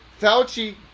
Fauci